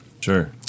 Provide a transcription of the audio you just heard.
sure